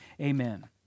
amen